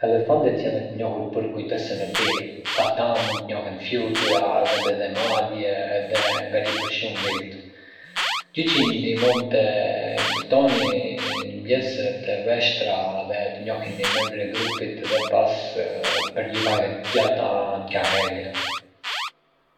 Elefantët janë të njohur për kujtesën e tyre. Ata mund të kujtojnë fytyra, vende dhe madje edhe ngjarje për shumë vite, gjë që i ndihmon të mbijetojnë në mjedise të vështira dhe të njohin i membri e grupit edhe pas periudhave të gjata ndarjeje.